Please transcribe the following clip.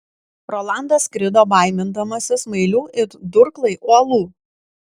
rolandas skrido baimindamasis smailių it durklai uolų